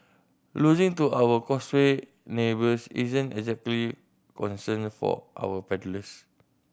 losing to our Causeway neighbours isn't exactly concerned for our paddlers